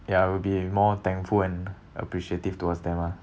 ya we'd be more thankful and appreciative towards them ah